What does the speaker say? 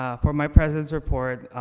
ah for my president's report,